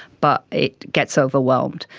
but it gets overwhelmed.